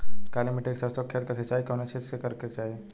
काली मिट्टी के सरसों के खेत क सिंचाई कवने चीज़से करेके चाही?